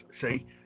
See